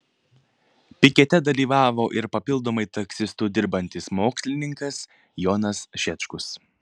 pikete dalyvavo ir papildomai taksistu dirbantis mokslininkas jonas šečkus